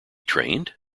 trained